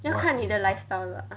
要看你的 lifestyle lah